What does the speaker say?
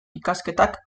ikasketak